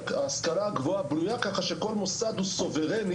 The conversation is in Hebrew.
וההשכלה הגבוהה בנויה ככה שכל מוסד הוא סוברני